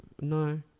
No